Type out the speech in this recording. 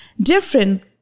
different